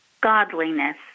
godliness